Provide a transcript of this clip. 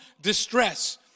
distress